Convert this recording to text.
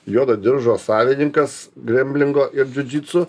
juodo diržo savininkas gremblingo ir džiudžitsu